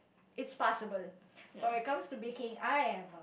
it's passable but when it comes to baking I am a